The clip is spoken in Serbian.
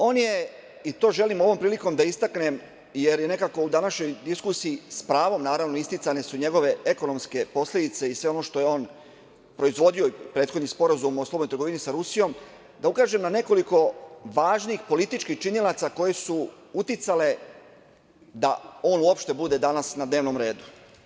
On je, i to želim ovom prilikom da istaknem, jer nekako u današnjim diskusijama, s pravom su isticane njegove ekonomske posledice i sve ono što je on proizvodio, prethodni Sporazum o slobodnoj trgovini sa Rusijom, da ukažem na nekoliko važnih političkih činilaca koji su uticali da on uopšte bude danas na dnevnom redu.